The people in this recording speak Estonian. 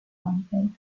andmeid